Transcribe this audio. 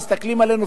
מסתכלים עליהם,